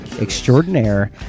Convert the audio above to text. Extraordinaire